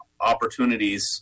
opportunities